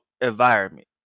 environment